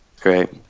great